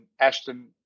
Ashton